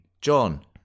John